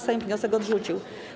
Sejm wniosek odrzucił.